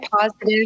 positive